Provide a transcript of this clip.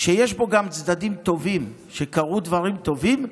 שיש בו גם צדדים טובים, קרו דברים טובים,